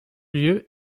lieu